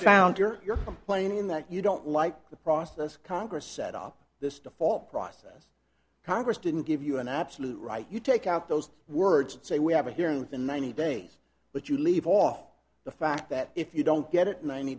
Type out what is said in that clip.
your your complaint in that you don't like the process congress set up this default process congress didn't give you an absolute right you take out those words say we have a hearing within ninety days but you leave off the fact that if you don't get it ninety